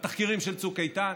בתחקירים של צוק איתן.